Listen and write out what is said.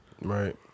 Right